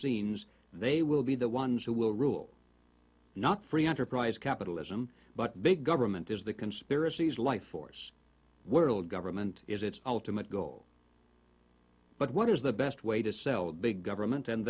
scenes they will be the ones who will rule not free enterprise capitalism but big government is the conspiracies lifeforce world government is its ultimate goal but what is the best way to sell big government and